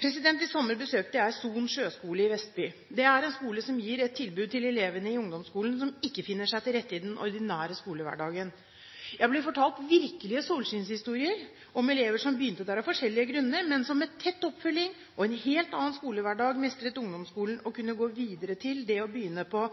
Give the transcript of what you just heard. I sommer besøkte jeg Soon Sjøskole i Vestby. Det er en skole som gir et tilbud til elever i ungdomsskolen som ikke finner seg til rette i den ordinære skolehverdagen. Jeg ble fortalt virkelige solskinnshistorier om elever som begynte der av forskjellige grunner, men som med tett oppfølging og en helt annen skolehverdag mestret ungdomsskolen og kunne gå videre til å begynne på